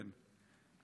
כן.